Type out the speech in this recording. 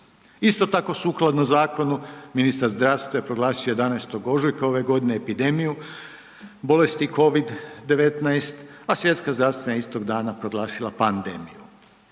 Isto tako, sukladno zakonu, ministar zdravstva je proglasio 11. ožujka ove godine epidemiju bolesti COVID-19, a svjetska zdravstvena istog dana proglasila pandemiju.